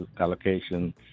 allocation